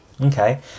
Okay